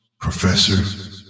Professor